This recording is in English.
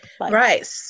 Right